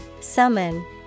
summon